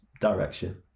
direction